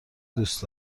دوست